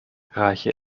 reiche